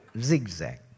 ZigZag